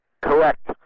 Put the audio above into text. Correct